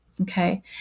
Okay